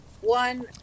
One